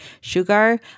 Sugar